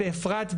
באפרת,